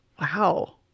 Wow